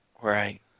Right